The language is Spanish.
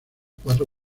cuatro